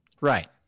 Right